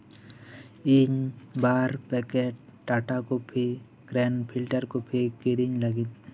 ᱤᱧ ᱵᱟᱨ packet Tata coffee grand filter coffee ᱠᱤᱨᱤᱧ ᱞᱟᱹᱜᱤᱫ